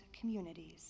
communities